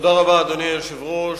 אדוני היושב-ראש,